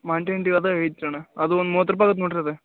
mountain dew ಅದ ಅದು ಒಂದು ಮೂವತ್ತು ರೂಪಾಯಿ ಆಗತ್ತೆ ನೋಡಿರಿ ಅದು